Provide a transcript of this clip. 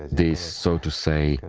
this, so to say,